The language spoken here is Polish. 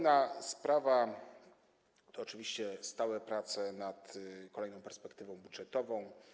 Następna sprawa to oczywiście stałe prace nad kolejną perspektywą budżetową.